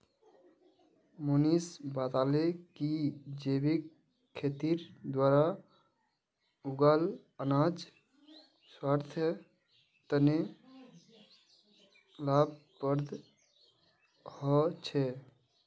मनीष बताले कि जैविक खेतीर द्वारा उगाल अनाज स्वास्थ्य तने लाभप्रद ह छे